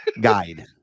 guide